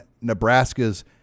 Nebraska's